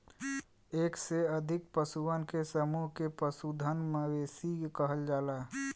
एक से अधिक पशुअन के समूह के पशुधन, मवेशी कहल जाला